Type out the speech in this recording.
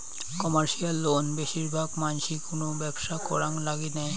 commercial loan বেশির ভাগ মানসি কুনো ব্যবসা করাং লাগি নেয়